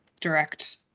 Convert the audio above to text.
direct